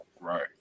right